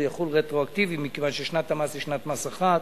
הוא יחול רטרואקטיבית מכיוון ששנת המס היא שנת מס אחת,